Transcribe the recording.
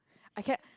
I care